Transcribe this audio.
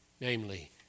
Namely